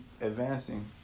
advancing